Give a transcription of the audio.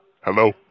Hello